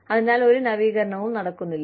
അതിനാൽ ഒരു നവീകരണവും നടക്കുന്നില്ല